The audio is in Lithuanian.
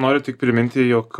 noriu tik priminti jog